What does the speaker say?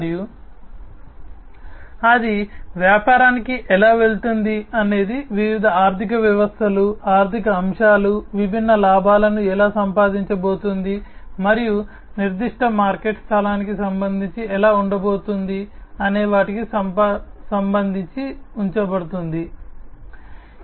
మరియు అది వ్యాపారానికి ఎలా వెళుతుంది అనేది వివిధ ఆర్ధికవ్యవస్థలు ఆర్థిక అంశాలు విభిన్న లాభాలను ఎలా సంపాదించబోతోంది మరియు నిర్దిష్ట మార్కెట్ స్థలానికి సంబంధించి ఎలా ఉంచబడుతోంది అనే వాటికి సంబంధించి ఉంచబడుతుంది